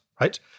right